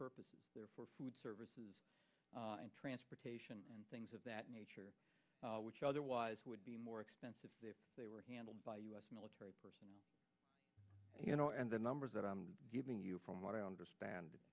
purposes they're for food services and transportation and things of that nature which otherwise would be more expensive they were handled by u s military personnel you know and the numbers that i'm giving you from what i understand